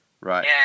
Right